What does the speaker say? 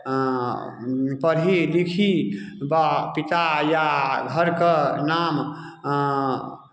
पढ़ी लिखी बा पिता या घरके नाम